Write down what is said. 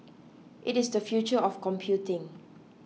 it is the future of computing